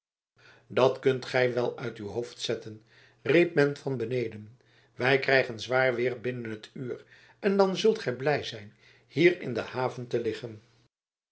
dat kunt gij wel uit uw hoofd zetten riep men van beneden wij krijgen zwaar weer binnen t uur en dan zult gij blij zijn hier in de haven te liggen